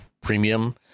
Premium